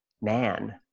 man